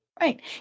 Right